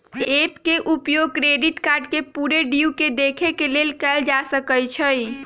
app के उपयोग credit card के पूरे ड्यू के देखे के लेल कएल जा सकइ छै